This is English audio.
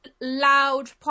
loud